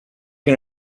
can